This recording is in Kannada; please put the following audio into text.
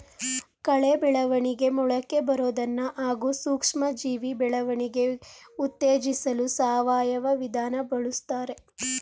ಕಳೆ ಬೆಳವಣಿಗೆ ಮೊಳಕೆಬರೋದನ್ನ ಹಾಗೂ ಸೂಕ್ಷ್ಮಜೀವಿ ಬೆಳವಣಿಗೆ ಉತ್ತೇಜಿಸಲು ಸಾವಯವ ವಿಧಾನ ಬಳುಸ್ತಾರೆ